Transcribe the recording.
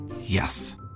Yes